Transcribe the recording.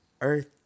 earth